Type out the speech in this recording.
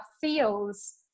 feels